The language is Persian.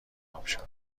آبشار